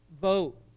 Vote